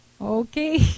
okay